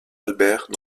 albert